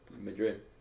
Madrid